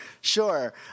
Sure